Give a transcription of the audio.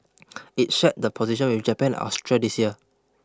it shared the position with Japan and Austria this year